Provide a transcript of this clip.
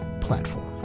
platform